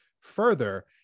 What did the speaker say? Further